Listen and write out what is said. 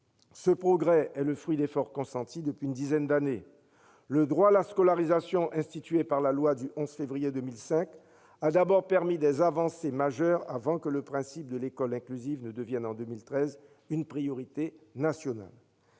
ce progrès est le fruit d'efforts consentis depuis une dizaine d'années. Le droit à la scolarisation institué par la loi du 11 février 2005 a d'abord permis des avancées majeures, avant que le principe de l'école inclusive ne devienne en 2013 une priorité nationale.